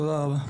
תודה רבה.